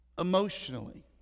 emotionally